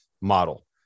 model